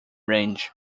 range